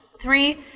Three